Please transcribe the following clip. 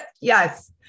Yes